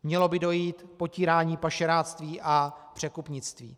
Mělo by dojít k potírání pašeráctví a překupnictví.